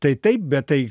tai taip bet tai